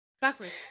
backwards